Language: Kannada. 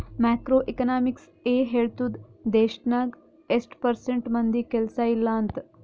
ಮ್ಯಾಕ್ರೋ ಎಕನಾಮಿಕ್ಸ್ ಎ ಹೇಳ್ತುದ್ ದೇಶ್ನಾಗ್ ಎಸ್ಟ್ ಪರ್ಸೆಂಟ್ ಮಂದಿಗ್ ಕೆಲ್ಸಾ ಇಲ್ಲ ಅಂತ